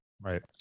right